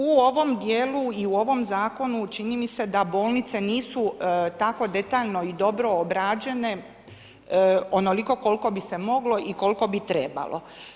U ovom djelu i u ovom zakonu, čini mi se da su bolnice tako detaljno i dobro obrađene onoliko koliko bi se moglo i koliko bi trebalo.